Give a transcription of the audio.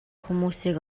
хүмүүсийг